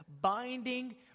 binding